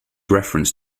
reference